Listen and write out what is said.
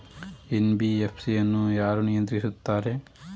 NBFC ಅನ್ನು ಯಾರು ನಿಯಂತ್ರಿಸುತ್ತಾರೆ?